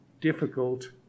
difficult